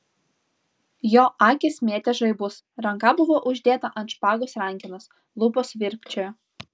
jo akys mėtė žaibus ranka buvo uždėta ant špagos rankenos lūpos virpčiojo